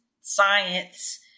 science